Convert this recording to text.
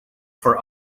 for